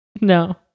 no